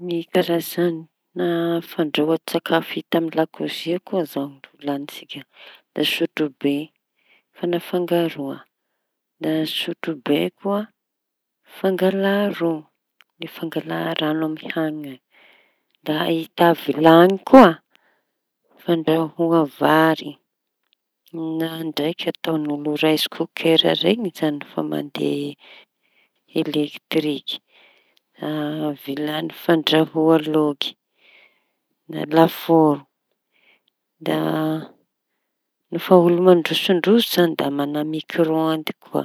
Ny karazaña fandrahoantsakafo hita amin'ny lakozia koa zañy volañintsika da sotrobe fañafangaroa, da sotrobe fangala rô fangala raño amy hañi io. Da ahita vilañy koa fandrahoa vary na ndraiky ataon'olo risy kokera reñy efa mandeha elekitriky. Da vilañy fandrahoa laoky da lafôro da no fa olo mandrosondroso zañy da mañany mikroandy koa.